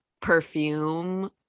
perfume